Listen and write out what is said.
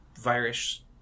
virus